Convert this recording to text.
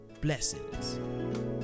blessings